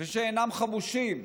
ושאינם חמושים,